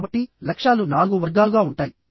కాబట్టి లక్ష్యాలు నాలుగు వర్గాలుగా ఉంటాయి